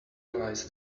realize